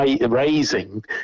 raising